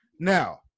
Now